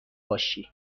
باشی